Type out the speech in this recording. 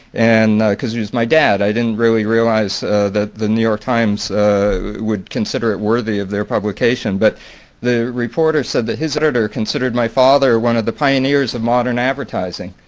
and because he was my dad, i didn't really realize that the new york times would consider it worthy of their publication. but the reporter said that his editor considered my father one of the pioneers of modern advertising.